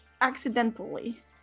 accidentally